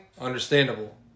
Understandable